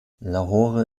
lahore